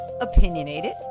Opinionated